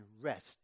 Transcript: rest